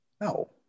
No